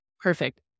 Perfect